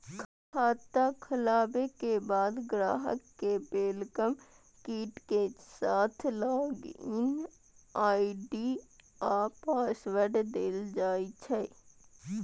खाता खोलाबे के बाद ग्राहक कें वेलकम किट के साथ लॉग इन आई.डी आ पासवर्ड देल जाइ छै